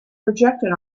projected